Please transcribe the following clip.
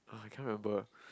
eh I can't remember